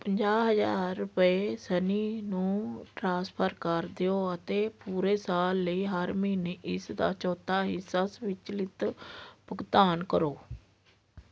ਪੰਜਾਹ ਹਜ਼ਾਰ ਰੁਪਏ ਸਨੀ ਨੂੰ ਟ੍ਰਾਂਸਫਰ ਕਰ ਦਿਓ ਅਤੇ ਪੂਰੇ ਸਾਲ ਲਈ ਹਰ ਮਹੀਨੇ ਇਸਦਾ ਚੌਥਾ ਹਿੱਸਾ ਸਵੈਚਲਿਤ ਭੁਗਤਾਨ ਕਰੋ